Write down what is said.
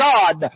God